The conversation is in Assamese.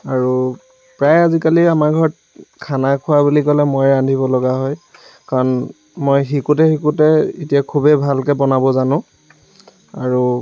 আৰু প্ৰায়ে আজিকালি আমাৰ ঘৰত খানা খোৱা বুলি ক'লে ময়ে ৰান্ধিব লগা হয় কাৰণ মই শিকোঁতে শিকোঁতে এতিয়া খুবেই ভালকৈ বনাব জানো আৰু